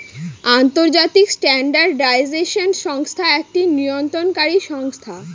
আন্তর্জাতিক স্ট্যান্ডার্ডাইজেশন সংস্থা একটি নিয়ন্ত্রণকারী সংস্থা